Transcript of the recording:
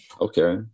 Okay